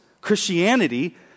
Christianity